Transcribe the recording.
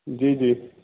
जी जी